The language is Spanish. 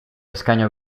escaño